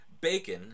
Bacon